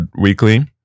weekly